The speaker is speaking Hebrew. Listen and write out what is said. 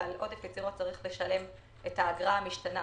ועל עודף יצירות צריך לשלם את האגרה המשתנה,